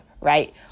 right